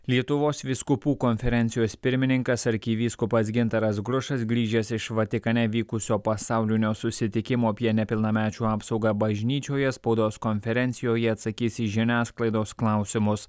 lietuvos vyskupų konferencijos pirmininkas arkivyskupas gintaras grušas grįžęs iš vatikane vykusio pasaulinio susitikimo apie nepilnamečių apsaugą bažnyčioje spaudos konferencijoje atsakys į žiniasklaidos klausimus